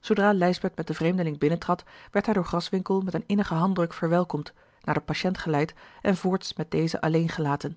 zoodra lijsbeth met den vreemdeling binnentrad werd hij door graswinckel met een innigen handdruk verwelkomd naar den patiënt geleid en voorts met dezen alleen gelaten